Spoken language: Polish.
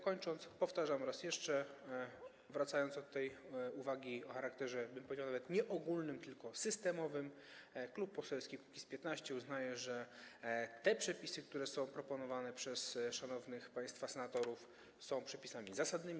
Kończąc, powtarzam raz jeszcze, wracając do tej uwagi o charakterze, bym powiedział, nie ogólnym, tylko systemowym, że Klub Poselski Kukiz’15 uznaje, że przepisy, które są proponowane przez szanownych państwa senatorów, są przepisami zasadnymi.